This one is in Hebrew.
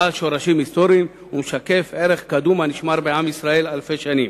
בעל שורשים היסטוריים ומשקף ערך קדום הנשמר בעם ישראל אלפי שנים.